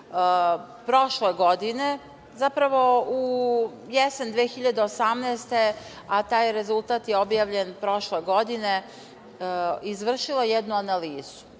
prošle godine, zapravo u jesen 2018. godine, a taj rezultat je objavljen prošle godine, izvršila jednu analizu.